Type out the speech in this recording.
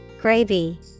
Gravy